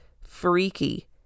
freaky